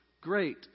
great